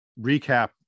recap